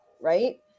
right